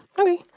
Okay